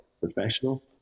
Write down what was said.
professional